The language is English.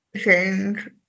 change